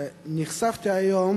נחשפתי היום